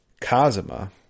Kazuma